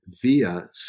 via